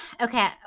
Okay